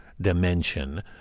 dimension